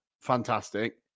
fantastic